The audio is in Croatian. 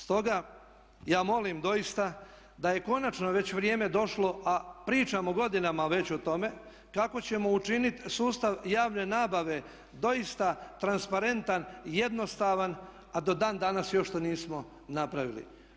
Stoga ja molim doista da je konačno već vrijeme došlo, a pričamo godinama već o tome, kako ćemo učiniti sustav javne nabave doista transparentan, jednostavan a do dan danas još to nismo napravili.